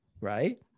Right